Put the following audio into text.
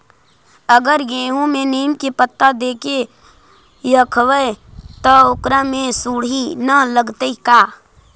अगर गेहूं में नीम के पता देके यखबै त ओकरा में सुढि न लगतै का?